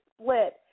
split